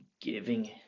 giving